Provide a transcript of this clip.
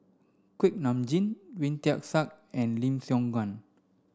Kuak Nam Jin Wee Tian Siak and Lim Siong Guan